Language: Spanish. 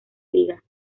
ligas